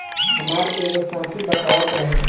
हामार एगो साथी बतावत रहे